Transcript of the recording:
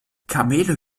kamele